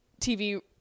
TV